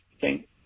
thank